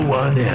one